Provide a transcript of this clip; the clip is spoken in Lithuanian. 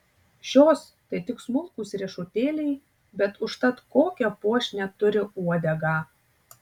šios tai tik smulkūs riešutėliai bet užtat kokią puošnią turi uodegą